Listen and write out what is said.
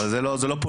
זה לא פוליטי.